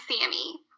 Sammy